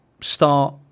start